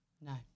No